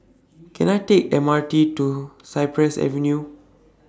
Can I Take M R T to Cypress Avenue